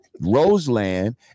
Roseland